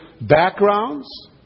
backgrounds